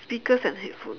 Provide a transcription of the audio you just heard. speakers and headphone